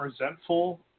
resentful